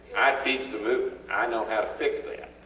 i teach the movement, i know how to fix that.